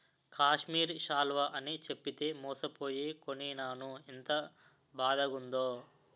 కాశ్మీరి శాలువ అని చెప్పితే మోసపోయి కొనీనాను ఎంత బాదగుందో